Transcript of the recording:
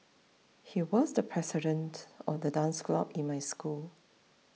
he was the president of the dance club in my school